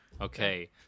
Okay